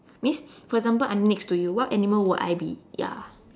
means for example I'm next to you what animal would I be ya